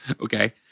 Okay